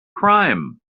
crime